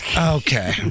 Okay